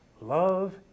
love